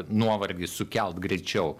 nuovargį sukelt greičiau